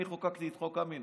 אני חוקקתי את חוק קמיניץ